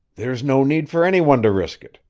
there's no need for any one to risk it.